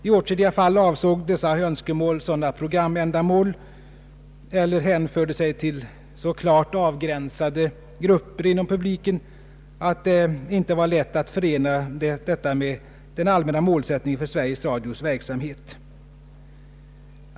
I åtskilliga fall avsåg dessa önskemål sådana programändamål eller hänförde sig till så klart avgränsade grupper inom publiken att de inte var lätta att förena med den allmänna målsättningen för Sveriges Radios verksamhet.